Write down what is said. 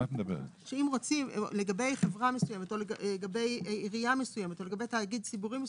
אם רוצים לגבי חברה או עירייה או תאגיד ציבורי,